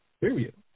period